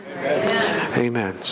Amen